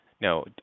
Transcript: no